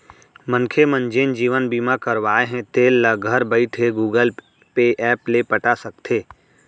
मनखे मन जेन जीवन बीमा करवाए हें तेल ल घर बइठे गुगल पे ऐप ले पटा सकथे